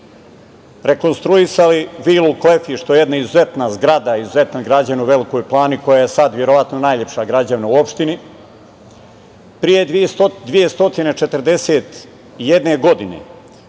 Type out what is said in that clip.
rekonstruisali vilu „Klefiš“, što je jedna izuzetna zgrada, izuzetna građena u Velikoj Plani koja je sad verovatno najlepša građevina u opštini. Pre 241 godine